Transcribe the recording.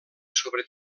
sobre